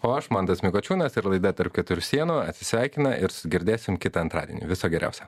o aš mantas mikučiūnas ir laida tarp keturių sienų atsisveikina ir susigirdėsim kitą antradienį viso geriausio